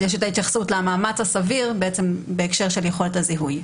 יש ההתייחסות למאמץ הסביר בהקשר של יכולת הזיהוי.